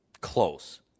close